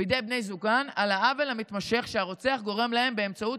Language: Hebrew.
בידי בני זוגן על העוול המתמשך שהרוצח גורם להם באמצעות